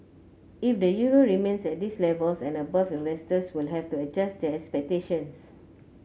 if the euro remains at these levels and above investors will have to adjust their expectations